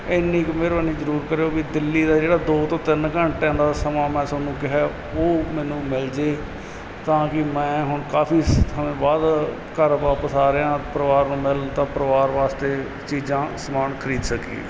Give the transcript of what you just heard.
ਇੰਨੀ ਕੁ ਮਿਹਰਬਾਨੀ ਜ਼ਰੂਰ ਕਰਿਓ ਵੀ ਦਿੱਲੀ ਦਾ ਜਿਹੜਾ ਦੋ ਤੋਂ ਤਿੰਨ ਘੰਟਿਆਂ ਦਾ ਸਮਾਂ ਮੈਂ ਤੁਹਾਨੂੰ ਕਿਹਾ ਉਹ ਮੈਨੂੰ ਮਿਲ ਜੇ ਤਾਂ ਕਿ ਮੈਂ ਹੁਣ ਕਾਫ਼ੀ ਸਮੇਂ ਬਾਅਦ ਘਰ ਵਾਪਸ ਆ ਰਿਹਾਂ ਪਰਿਵਾਰ ਨੂੰ ਮਿਲਣ ਤਾਂ ਪਰਿਵਾਰ ਵਾਸਤੇ ਚੀਜ਼ਾਂ ਸਮਾਨ ਖਰੀਦ ਸਕੀਏ